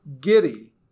giddy